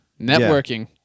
Networking